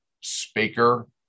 speaker